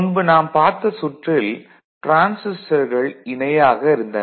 முன்பு நாம் பார்த்த சுற்றில் டிரான்சிஸ்டர்கள் இணையாக இருந்தன